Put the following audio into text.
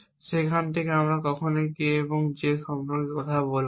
সেখান থেকে আমরা কখনই K এবং J সম্পর্কে কথা বলব না